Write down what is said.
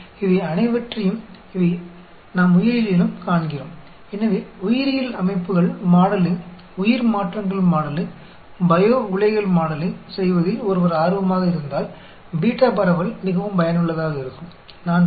तो यदि किसी को बायोलॉजिकल सिस्टम में मॉडलिंग करने बायो ट्रांसफॉर्मेशन मॉडलिंग करने बायो रिएक्टर मॉडलिंग करने में दिलचस्पी है तो बीटा डिस्ट्रीब्यूशन बहुत उपयोगी है